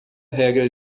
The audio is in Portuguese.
regra